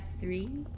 three